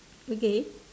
okay